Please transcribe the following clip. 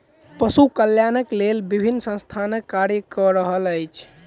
पशु कल्याणक लेल विभिन्न संस्थान कार्य क रहल अछि